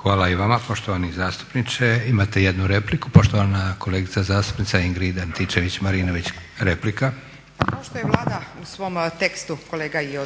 Hvala i vama poštovani zastupniče. Imate jednu repliku. Poštovana kolegica zastupnica Ingrid Antičević-Marinović, replika. **Antičević Marinović, Ingrid (SDP)** Kao što je i Vlada u svom tekstu kolega i